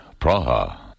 Praha